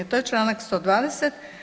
To je Članak 120.